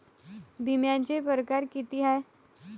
बिम्याचे परकार कितीक हाय?